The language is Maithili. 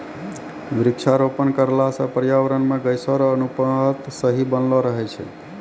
वृक्षारोपण करला से पर्यावरण मे गैसो रो अनुपात सही बनलो रहै छै